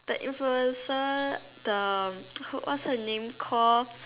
the influencer the what's her name call